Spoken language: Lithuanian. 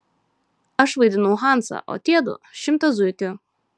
aš vaidinau hansą o tie du šimtą zuikių